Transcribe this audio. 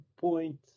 point